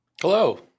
Hello